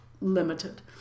Limited